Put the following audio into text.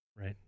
Right